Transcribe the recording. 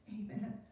amen